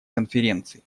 конференции